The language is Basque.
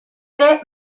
ere